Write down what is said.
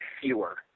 fewer